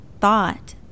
thought